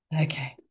okay